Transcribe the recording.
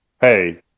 hey